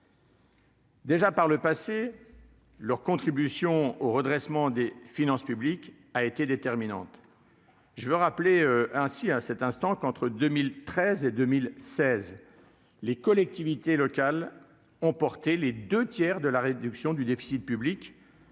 Déjà par le passé, leur contribution au redressement des finances publiques a été déterminante, je veux rappeler ainsi à cet instant qu'entre 2013 et 2016, les collectivités locales ont porté les 2 tiers de la réduction du déficit public